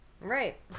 Right